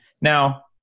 Now